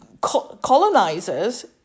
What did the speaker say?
colonizers